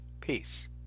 Peace